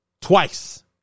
twice